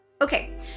Okay